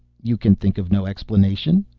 you can think of no explanation?